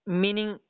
meaning